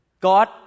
God